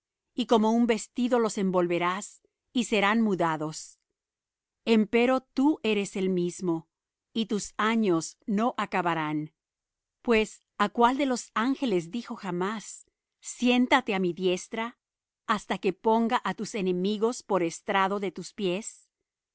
y como un vestido los envolverás y serán mudados empero tú eres el mismo y tus años no acabarán pues á cuál de los ángeles dijo jamás siéntate á mi diestra hasta que ponga á tus enemigos por estrado de tus pies